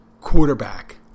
quarterback